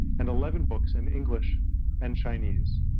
and eleven books in english and chinese.